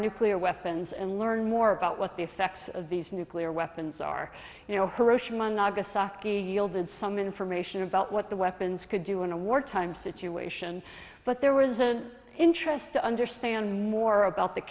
nuclear weapons and learn more about what the effects of these nuclear weapons are you know nagasaki yielded some information about what the weapons could do in a wartime situation but there was an interest to understand more about the